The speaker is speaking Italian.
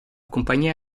compagnia